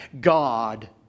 God